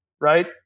right